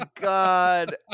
god